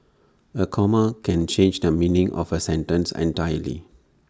A comma can change the meaning of A sentence entirely